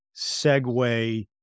segue